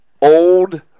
old